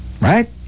Right